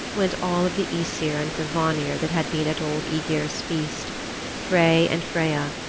went all of the aesir and the vanir that had been at old aegir's feast frey and freya,